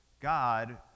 God